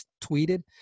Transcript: tweeted